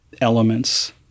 elements